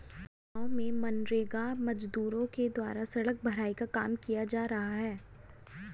बनगाँव में मनरेगा मजदूरों के द्वारा सड़क भराई का काम किया जा रहा है